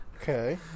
okay